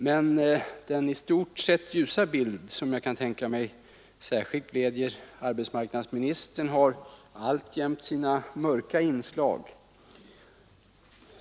Men den i stort sett ljusa bilden, som jag kan tänka mig särskilt gläder arbetsmarknadsministern, har alltjämt sina mörka inslag.